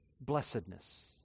blessedness